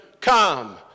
come